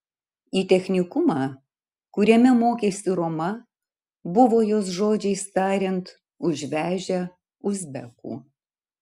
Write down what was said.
į technikumą kuriame mokėsi roma buvo jos žodžiais tariant užvežę uzbekų